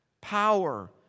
power